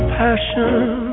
passion